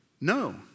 No